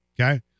Okay